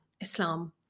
Islam